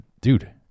dude